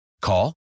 Call